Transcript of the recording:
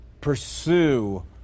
pursue